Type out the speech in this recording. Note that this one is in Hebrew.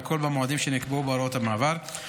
והכול במועדים שנקבעו בהוראות המעבר,